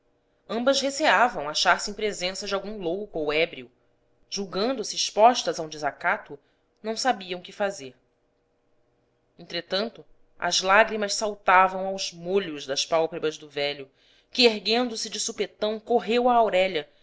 ambas receavam achar-se em presença de algum louco ou ébrio julgando-se expostas a um desacato não sabiam que fazer entretanto as lágrimas saltavam aos molhos das pálpebras do velho que erguendo-se de supetão correu a aurélia